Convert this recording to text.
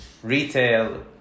Retail